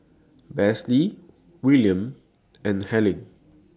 Besse Wiliam and Helyn